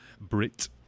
brit